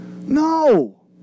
no